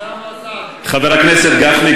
חבר הכנסת גפני,